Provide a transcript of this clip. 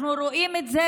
אנחנו רואים את זה,